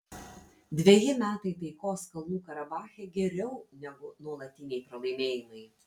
dveji metai taikos kalnų karabache geriau negu nuolatiniai pralaimėjimai